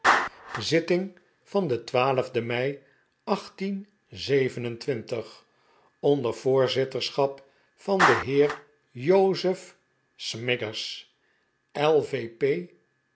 zitting van den den mei onder voorzitterschap van den heer joseph smiggers